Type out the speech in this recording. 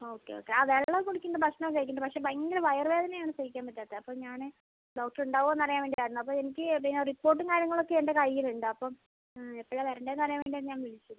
okay okay ആ വെള്ളം കുടിക്കുന്നുണ്ട് ഭക്ഷണം കഴിക്കുന്നുണ്ട് പക്ഷെ ഭയങ്കര വയറുവേദന ആണ് സഹിക്കാൻ പറ്റാത്തത് അപ്പം ഞാന് ഡോക്ടറ് ഉണ്ടാകുവൊന്ന് അറിയാൻ വേണ്ടി ആയിരുന്നു അപ്പം എനിക്ക് പിന്നെ റിപ്പോർട്ടും കാര്യങ്ങൾ ഒക്കെ എൻ്റെ കൈയ്യിൽ ഉണ്ട് അപ്പം എപ്പഴാണ് വരണ്ടത് എന്ന് അറിയാൻ വേണ്ടിയാണ് ഞാൻ വിളിച്ചത്